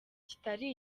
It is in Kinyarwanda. kitari